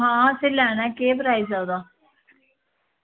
आं असें लैना केह् प्राईज़ ऐ ओह्दा